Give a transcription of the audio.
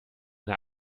eine